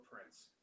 Prince